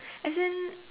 as in